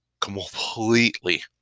completely